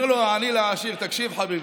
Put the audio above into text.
אומר לו העני לעשיר: תקשיב, חביבי,